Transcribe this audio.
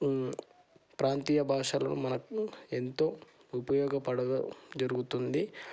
ప్రాంతీయ భాషలో మనకు ఎంతో ఉపయోగపడదు జరుగుతుంది